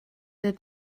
der